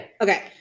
Okay